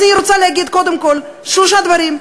אז אני רוצה, קודם כול, שלושה דברים: